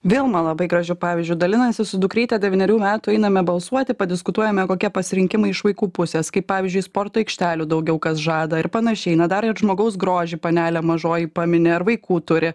vėl man labai gražiu pavyzdžiu dalinasi su dukryte devynerių metų einame balsuoti padiskutuojame kokie pasirinkimai iš vaikų pusės kaip pavyzdžiui sporto aikštelių daugiau kas žada ir panašiai na dar ir žmogaus grožį panelė mažoji pamini ar vaikų turi